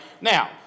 Now